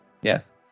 Yes